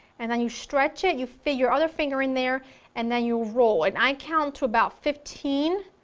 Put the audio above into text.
and then you stretch it, you fit your other finger in there and then you roll, and i count to about fifteen,